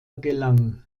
gelang